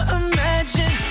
imagine